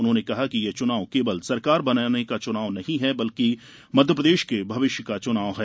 उन्होंने कहा कि ये चुनाव केवल सरकार बनाने का चुनाव नहीं है बल्कि मध्यप्रदेश के भविष्य का चुनाव है